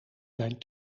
zijn